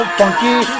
funky